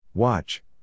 Watch